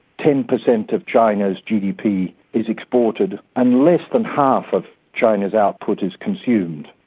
ten percent of china's gdp is exported and less than half of china's output is consumed.